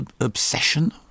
obsession